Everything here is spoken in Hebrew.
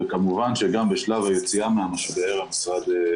וכמובן שגם בשלב היציאה מהמשבר המשרד,